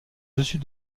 dessus